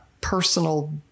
personal